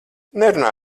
nerunā